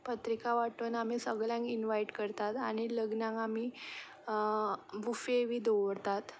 पत्रिका वांटून आमी सगल्यांक इनवायट करतात आनी लग्नाक आमी बुफे बी दवरतात